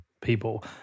people